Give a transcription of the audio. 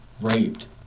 raped